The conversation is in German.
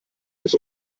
ist